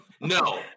No